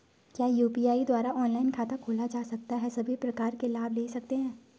क्या यु.पी.आई द्वारा ऑनलाइन खाता खोला जा सकता है सभी प्रकार के लाभ ले सकते हैं?